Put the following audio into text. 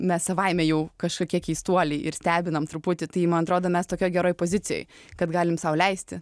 mes savaime jau kažkokie keistuoliai ir stebinam truputį tai man atrodo mes tokioj geroj pozicijoj kad galim sau leisti